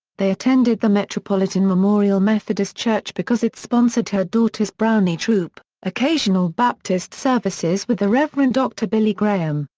they attended the metropolitan memorial methodist church because it sponsored her daughters' brownie troop, occasional baptist services with the reverend dr. billy graham,